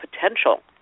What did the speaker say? potential